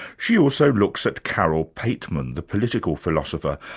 she also looks at carole pateman, the political philosopher,